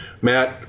Matt